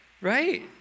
right